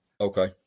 okay